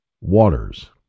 waters